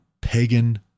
pagan